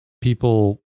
people